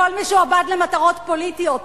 הכול משועבד למטרות פוליטיות.